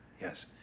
Yes